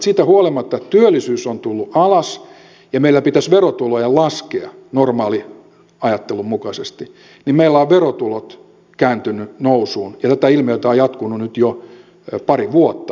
siitä huolimatta että työllisyys on tullut alas ja meillä pitäisi verotulojen laskea normaaliajattelun mukaisesti meillä ovat verotulot kääntyneet nousuun ja tätä ilmiötä on jatkunut nyt jo pari vuotta oikeastaan